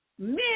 Men